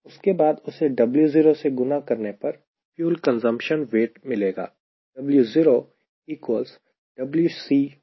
उसके बाद उसे W0 से गुणा करने पर फ्यूल कंसम्पशन वेट मिलेगा